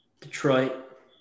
Detroit